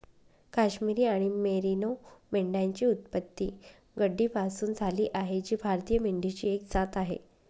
काश्मिरी आणि मेरिनो मेंढ्यांची उत्पत्ती गड्डीपासून झाली आहे जी भारतीय मेंढीची एक जात आहे